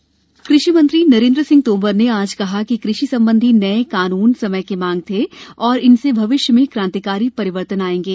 तोमर किसान कृषि मंत्री नरेंद्र सिंह तोमर ने आज कहा कि कृषि संबंधी नए कानून समय की मांग थे और इनसे भविष्य में क्रांतिकारी परिवर्तन आएंगे